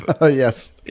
Yes